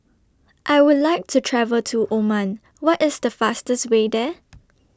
I Would like to travel to Oman What IS The fastest Way There